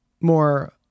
more